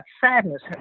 sadness